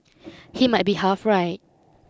he might be half right